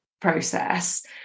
process